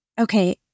okay